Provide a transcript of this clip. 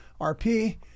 RP